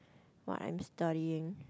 not I'm studying